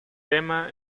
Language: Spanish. tema